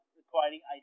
requiring